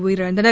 உயிரிழந்தனர்